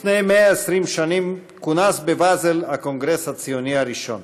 לפני 120 שנים כונס בבאזל הקונגרס הציוני הראשון.